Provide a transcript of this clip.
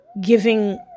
giving